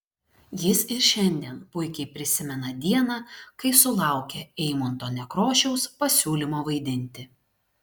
jis ir šiandien puikiai prisimena dieną kai sulaukė eimunto nekrošiaus pasiūlymo vaidinti